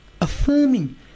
affirming